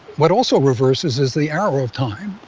what also reverses is the error of time,